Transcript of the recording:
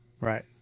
Right